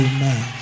Amen